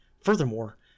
Furthermore